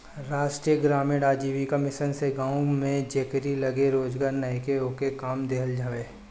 राष्ट्रीय ग्रामीण आजीविका मिशन से गांव में जेकरी लगे रोजगार नईखे ओके काम देहल हवे